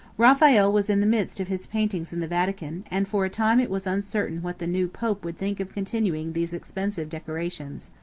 raphael was in the midst of his paintings in the vatican, and for a time it was uncertain what the new pope would think of continuing these expensive decorations.